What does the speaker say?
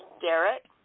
Derek